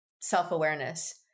self-awareness